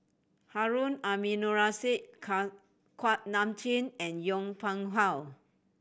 Harun Aminurrashid Kuak Nam Jin and Yong Pung How